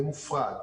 זה מופרד.